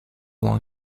long